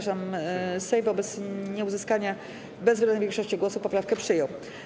Sejm wobec nieuzyskania bezwzględnej większości głosów poprawkę przyjął.